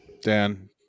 Dan